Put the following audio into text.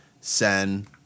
Sen